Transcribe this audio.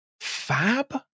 fab